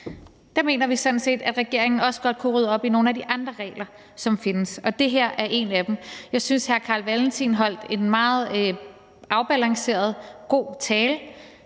der mener vi sådan set, at regeringen også godt kunne rydde op i nogle af de andre regler, som findes, og det her er en af dem. Jeg synes, at hr. Carl Valentin holdt en meget afbalanceret, god tale.